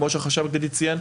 כמו שהחשב הכללי ציין,